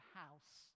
house